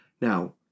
Now